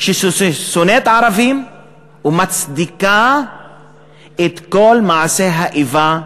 ששונאת ערבים ומצדיקה את כל מעשי האיבה נגדם.